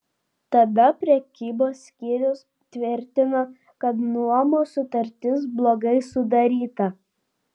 tada prekybos skyrius tvirtino kad nuomos sutartis blogai sudaryta